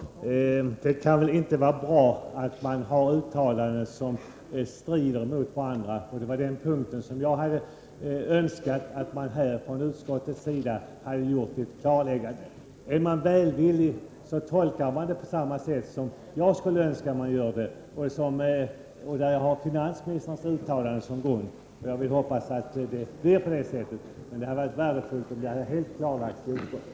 Herr talman! Det kan väl inte vara bra att det finns uttalanden som strider mot varandra. Det var på den punkten som jag hade önskat att man från utskottets sida här skulle ha gjort ett klarläggande. Är man välvillig, tolkar man lagen på samma sätt som jag önskar att man skall göra — en tolkning som jag grundar på finansministerns uttalande. Jag hoppas att det blir på det sättet. Det hade dock varit värdefullt om det helt hade klarlagts av utskottet.